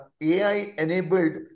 AI-enabled